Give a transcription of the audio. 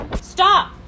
Stop